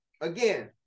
again